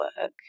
work